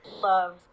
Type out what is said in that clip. love